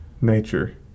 nature